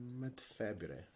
mid-February